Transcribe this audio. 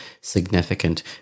significant